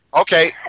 Okay